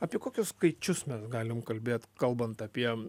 apie kokius skaičius mes galim kalbėt kalbant apie